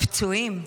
ופצועים.